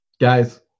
Guys